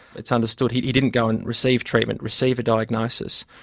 it's understood he didn't go and receive treatment, receive a diagnosis.